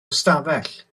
ystafell